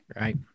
Right